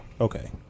Okay